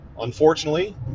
unfortunately